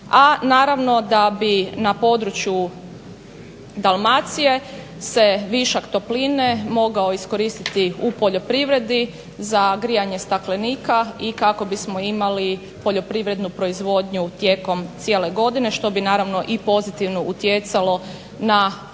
A naravno da bi na području Dalmacije se višak topline mogao iskoristiti u poljoprivredi za grijanje staklenika i kako bismo imali poljoprivrednu proizvodnju tijekom cijele godine što bi naravno i pozitivno utjecalo na općenito